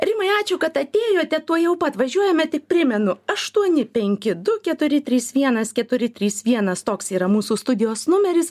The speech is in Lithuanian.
rimai ačiū kad atėjote tuojau pat važiuojame tik primenu aštuoni penki du keturi trys vienas keturi trys vienas toks yra mūsų studijos numeris